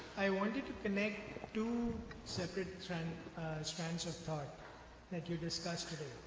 i wanted to connect two separate strands strands of talk that you discussed today.